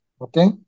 Okay